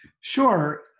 Sure